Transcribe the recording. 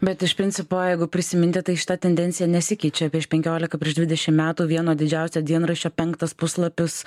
bet iš principo jeigu prisiminti tai šita tendencija nesikeičia prieš penkiolika prieš dvidešim metų vieno didžiausio dienraščio penktas puslapis